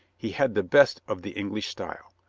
he had the best of the english style.